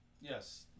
Yes